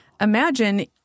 imagine